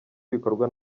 ibikorwa